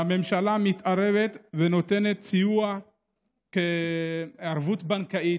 והממשלה מתערבת ונותנת סיוע כערבות בנקאית,